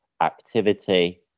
activity